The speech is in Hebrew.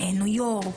ניו יורק,